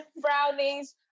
brownies